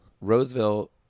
Roseville